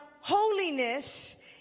holiness